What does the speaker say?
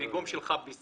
הפיגום שלך יכול